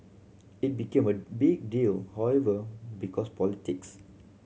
it became a big deal however because politics